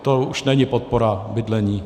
To už není podpora bydlení.